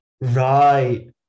right